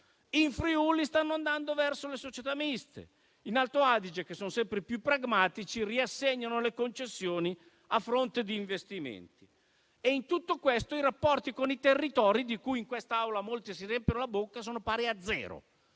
In Friuli stanno andando verso le società miste. In Alto Adige, che sono sempre i più pragmatici, riassegnano le concessioni a fronte di investimenti. In tutto questo i rapporti con i territori, di cui in questa Aula molti si riempiono la bocca, sono pari a zero,